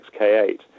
XK8